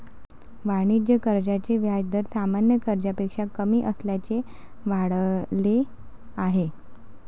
वाणिज्य कर्जाचे व्याज दर सामान्य कर्जापेक्षा कमी असल्याचे आढळले आहे